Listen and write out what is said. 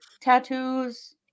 tattoos